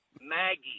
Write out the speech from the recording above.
Maggie